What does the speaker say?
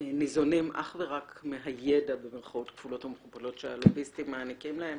ניזונים אך ורק מהידע שהלוביסטים במירכאות כפולות ומכופלות מעניקים להם,